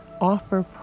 offer